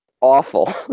awful